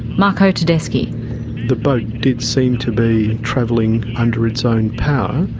marco tedeschi the boat did seem to be travelling under its own power,